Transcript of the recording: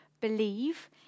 believe